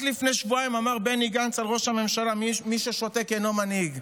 רק לפני שבועיים אמר בני גנץ על ראש הממשלה: מי ששותק אינו מנהיג.